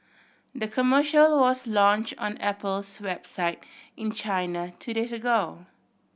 the commercial was launch on Apple's website in China two days ago